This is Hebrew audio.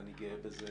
ואני גאה בזה.